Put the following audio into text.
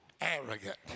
arrogant